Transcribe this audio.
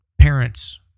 parents